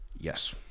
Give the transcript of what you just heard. Yes